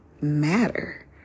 matter